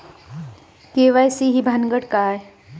KYC ही भानगड काय?